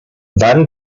van